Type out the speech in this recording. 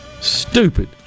Stupid